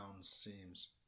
seems